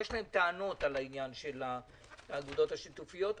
יש להם טענות על העניין של האגודות השיתופיות.